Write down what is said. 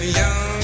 young